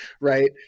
Right